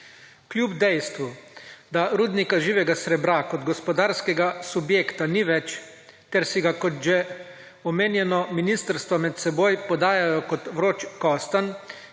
Kljub dejstvu da Rudnika živega srebra kot gospodarskega subjekta ni več, ker si ga, kot že omenjeno, ministrstva med seboj podajajo kot vroč kostanj,